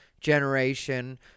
generation